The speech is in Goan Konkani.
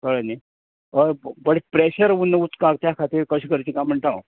कळ्ळे न्हय हय प्रेशर बट उरना उदकाक त्या खातीर कशें करचें काय म्हणटा हांव